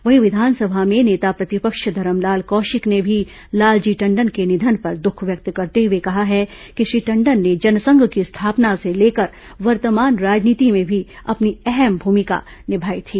वहीं विधानसभा में नेता प्रतिपक्ष धरमलाल कौशिक ने भी लालजी टंडन के निधन पर दुख व्यक्त करते हुए कहा है कि श्री टंडन ने जनसंघ की स्थापना से लेकर वर्तमान राजनीति में भी अपनी अहम भूमिका निभाई थी